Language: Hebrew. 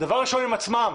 דבר ראשון עם עצמם,